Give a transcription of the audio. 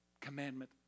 commandment